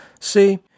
See